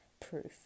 proof